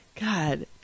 god